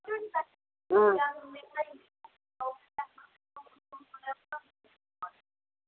आं